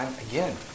Again